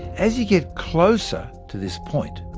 as you get closer to this point,